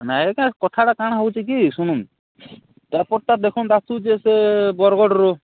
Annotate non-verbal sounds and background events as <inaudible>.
ନାଇ ଆଜ୍ଞା କଥାଟା କା'ଣା ହେଉଛେ କି ଶୁଣୁନ୍ <unintelligible> ଦେଖୁନ୍ ଆସୁଛେ ସେ ବରଗଡ଼ରୁ